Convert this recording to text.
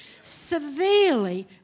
severely